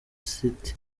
city